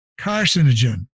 carcinogen